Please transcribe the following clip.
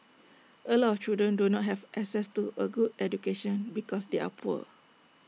A lot of children do not have access to A good education because they are poor